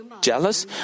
jealous